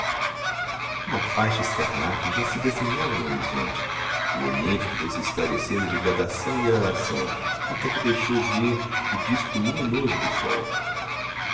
uma faixa escarlate já se desenhava no horizonte o oriente foi-se esclarecendo de gradação em gradação até que deixou ver o disco luminoso do sol